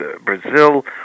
Brazil